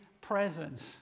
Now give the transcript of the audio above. presence